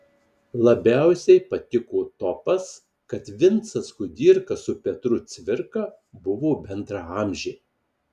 labiausiai patiko topas kad vincas kudirka su petru cvirka buvo bendraamžiai